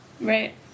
Right